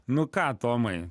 nu ką tomai